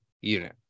unit